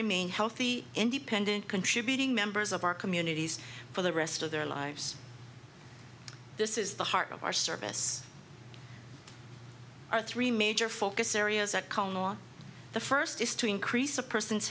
remain healthy independent contributing members of our communities for the rest of their lives this is the heart of our service our three major focus areas at conemaugh the first is to increase a person's